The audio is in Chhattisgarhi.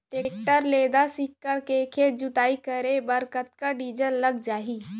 टेकटर ले दस एकड़ खेत के जुताई करे बर कतका डीजल लग जाही?